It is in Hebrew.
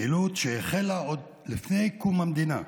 פעילות שהחלה עוד לפני קום המדינה.